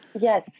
Yes